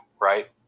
right